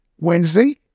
Wednesday